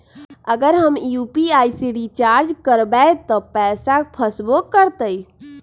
अगर हम यू.पी.आई से रिचार्ज करबै त पैसा फसबो करतई?